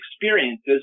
experiences